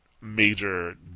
major